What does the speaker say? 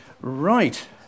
right